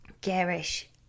garish